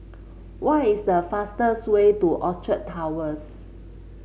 what is the fastest way to Orchard Towers